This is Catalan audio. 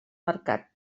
mercat